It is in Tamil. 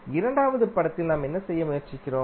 இரண்டாவது படத்தில் நாம் என்ன செய்ய முயற்சிக்கிறோம்